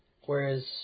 Whereas